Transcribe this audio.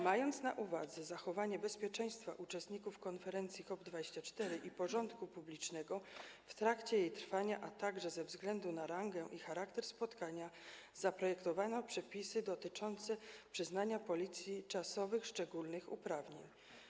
Mając na uwadze zachowanie bezpieczeństwa uczestników konferencji COP24 i porządku publicznego w trakcie jej trwania, a także ze względu na rangę i charakter spotkania, zaprojektowano przepisy dotyczące przyznania Policji czasowych szczególnych uprawnień.